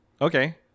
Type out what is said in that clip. Okay